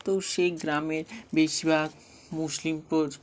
তো সেই গ্রামের বেশিরভাগ মুসলিম প